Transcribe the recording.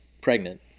pregnant